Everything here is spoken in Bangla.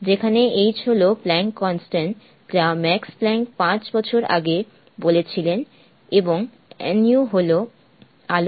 যেখানে h হল প্ল্যাঙ্কের ধ্রুবক যা ম্যাক্স প্ল্যাঙ্ক 5 বছর আগে বলেছিলেন এবং nu হল আলোর কম্পাঙ্ক